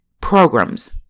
programs